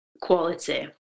quality